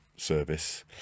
service